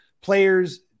players